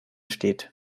steht